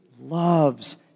loves